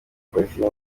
palestina